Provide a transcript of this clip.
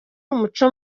umuco